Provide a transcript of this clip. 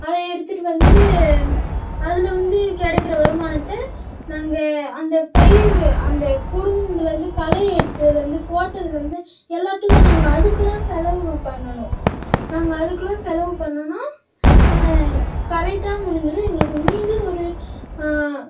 அதை எடுத்துகிட்டு வந்து அதில் வந்து கிடைக்கிற வருமானத்தை நாங்கள் அந்த பயிறு அந்த பிடுங்கணத்துலேந்து களை எடுத்ததுலேந்து போட்டதுலேந்து எல்லாத்துக்கும் நாங்கள் அதுக்கெல்லாம் செலவு பண்ணணும் நாங்கள் அதுக்கெல்லாம் செலவு பண்ணோன்னா கரெக்டாக முடிஞ்சுடும் எங்களுக்கு மீதி ஒரு